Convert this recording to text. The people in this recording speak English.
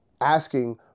asking